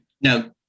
Now